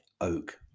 oak